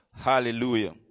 Hallelujah